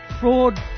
fraud